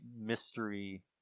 mystery